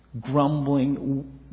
grumbling